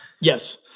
Yes